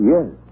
Yes